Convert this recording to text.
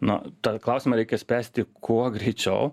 nu to klausimą reikia spręsti kuo greičiau